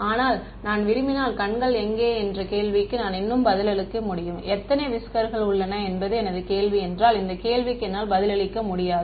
ஆனால் நான் விரும்பினால் கண்கள் எங்கே என்ற கேள்விக்கு நான் இன்னும் பதிலளிக்க முடியும் எத்தனை விஸ்கர்கள் உள்ளன என்பது எனது கேள்வி என்றால் இந்த கேள்விக்கு என்னால் பதிலளிக்க முடியாது